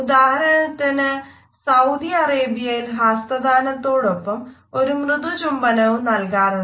ഉദാഹരണത്തിന് സൌദി അറേബ്യയിൽ ഹസ്തദാനത്തോടൊപ്പം ഒരു മൃദുചുംബനവും നൽകാറുണ്ട്